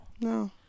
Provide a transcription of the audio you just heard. No